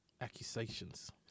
Accusations